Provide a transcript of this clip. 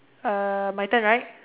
uh my turn right